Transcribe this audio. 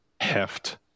heft